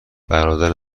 برادر